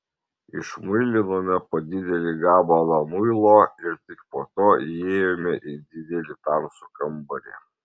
išmuilinome po didelį gabalą muilo ir tik po to įėjome į didelį tamsų kambarį